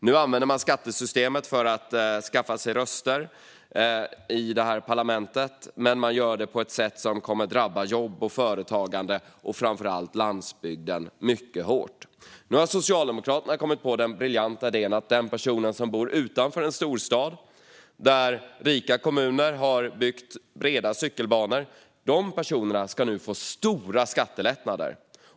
Nu använder man skattesystemet för att skaffa sig röster i detta parlament, men man gör det på ett sätt som kommer att drabba jobb, företagande och framför allt landsbygden mycket hårt. Nu har Socialdemokraterna kommit på den briljanta idén att den person som bor utanför en storstad där rika kommuner har byggt breda cykelbanor ska få stora skattelättnader.